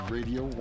Radio